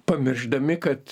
pamiršdami kad